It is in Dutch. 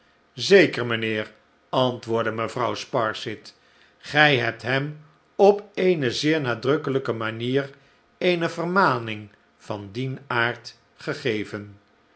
zeker mijnheer antwoordde mevrouw sparsit gij hebt hem op eene zeer nadrukkelijke manier eene vermaning van dien aard gegeven